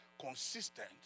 consistent